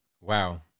Wow